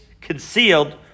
concealed